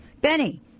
benny